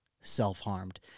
self-harmed